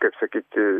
taip sakyti